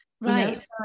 right